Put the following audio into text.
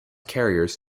carriers